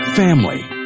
family